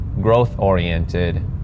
growth-oriented